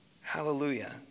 Hallelujah